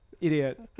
Idiot